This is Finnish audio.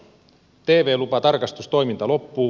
tv lupatarkastustoiminta loppuu